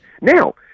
Now